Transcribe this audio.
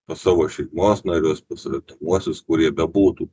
pas savo šeimos narius pas artimuosius kur jie bebūtų